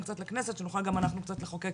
לכנסת שנוכל גם אנחנו קצת לחוקק